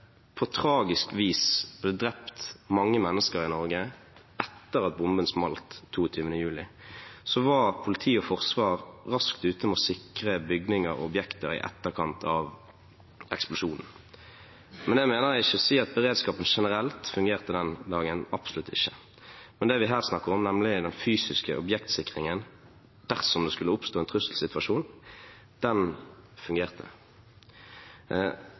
på tragisk vis ble drept mange mennesker i Norge etter at bomben smalt den 22. juli, var politiet og Forsvaret raskt ute med å sikre bygninger og objekter i etterkant av eksplosjonen. Med det mener jeg ikke å si at beredskapen generelt fungerte den dagen – absolutt ikke – men det vi her snakker om, er at den fysiske objektsikringen dersom det skulle oppstå en trusselsituasjon, fungerte.